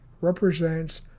represents